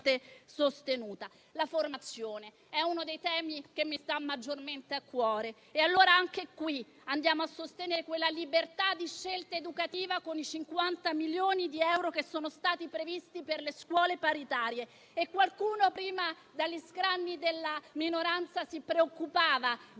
sostenuta. La formazione è uno dei temi che mi sta maggiormente a cuore e anche in questo caso andiamo a sostenere la libertà di scelta educativa con i 50 milioni di euro previsti per le scuole paritarie. Qualcuno prima dagli scranni della minoranza si preoccupava